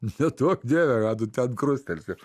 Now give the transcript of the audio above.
neduok dieve ra tu ten krustelsi